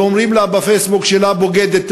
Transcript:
ואומרים לה בפייסבוק שלה: בוגדת,